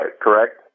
correct